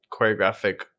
choreographic